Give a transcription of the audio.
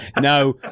No